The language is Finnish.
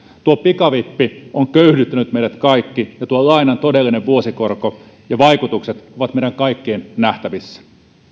tuo pikavippi on köyhdyttänyt meidät kaikki ja tuo lainan todellinen vuosikorko ja vaikutukset ovat meidän kaikkien nähtävissä